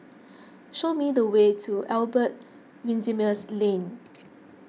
show me the way to Albert Winsemius Lane